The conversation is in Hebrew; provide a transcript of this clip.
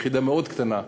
יחידה מאוד קטנה,